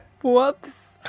whoops